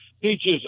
peaches